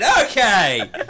okay